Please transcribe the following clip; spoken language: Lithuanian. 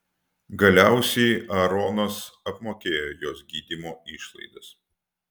galiausiai aaronas apmokėjo jos gydymo išlaidas